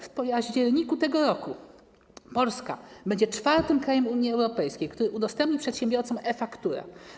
W październiku tego roku Polska będzie czwartym krajem Unii Europejskiej, który udostępni przedsiębiorcom e-fakturę.